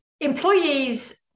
employees